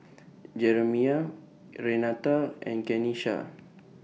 Jeramiah Renata and Kenisha